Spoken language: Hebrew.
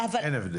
אין הבדל.